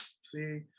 See